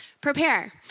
Prepare